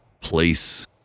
place